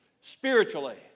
spiritually